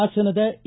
ಹಾಸನದ ಎ